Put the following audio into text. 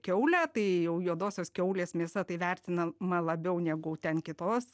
kiaulę tai jau juodosios kiaulės mėsa tai vertinama labiau negu ten kitos